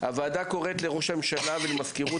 הוועדה קוראת לראש הממשלה ולמזכירות